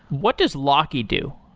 what does locky do?